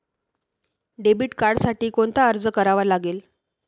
Debit कार्डसाठी कोणता अर्ज करावा लागेल?